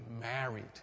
married